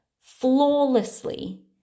flawlessly